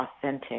authentic